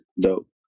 Dope